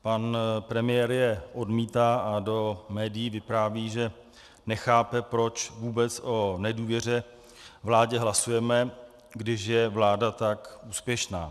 Pan premiér je odmítá a do médií vypráví, že nechápe, proč vůbec o nedůvěře vládě hlasujeme, když je vláda tak úspěšná.